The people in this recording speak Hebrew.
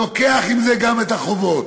לוקח עם זה גם את החובות.